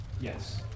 Yes